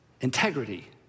integrity